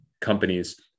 companies